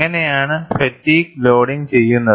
എങ്ങനെയാണ് fatigue loading ചെയ്യുന്നത്